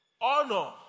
Honor